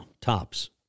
tops